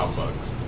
bugs.